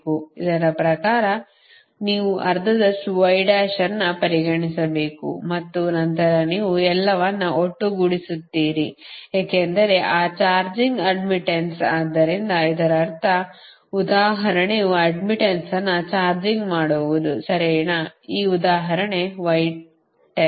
ಅದರ ಪ್ರಕಾರ ನೀವು ಅರ್ಧದಷ್ಟು Y ಡ್ಯಾಶ್ ಅನ್ನು ಪರಿಗಣಿಸಬೇಕು ಮತ್ತು ನಂತರ ನೀವು ಎಲ್ಲವನ್ನೂ ಒಟ್ಟುಗೂಡಿಸುತ್ತೀರಿ ಏಕೆಂದರೆ ಆ ಚಾರ್ಜಿಂಗ್ ಅಡ್ಡ್ಮಿಟ್ಟನ್ಸ್ ಆದ್ದರಿಂದ ಇದರರ್ಥ ಆ ಉದಾಹರಣೆಯ ಅಡ್ಡ್ಮಿಟ್ಟನ್ಸ್ ಅನ್ನು ಚಾರ್ಜಿಂಗ್ ಮಾಡುವುದು ಸರಿನಾ ಈ ಉದಾಹರಣೆ Y 10